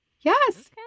Yes